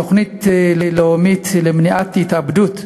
תוכנית לאומית למניעת התאבדות,